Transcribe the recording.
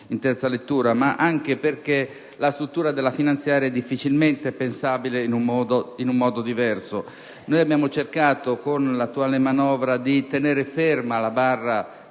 in terza lettura, ma anche perché la sua struttura è difficilmente pensabile in un modo diverso. Abbiamo cercato, con l'attuale manovra, di tenere ferma la barra